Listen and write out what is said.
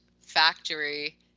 factory